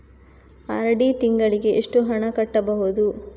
RD ತಿಂಗಳಿಗೆ ಎಷ್ಟು ಹಣ ಕಟ್ಟಬಹುದು?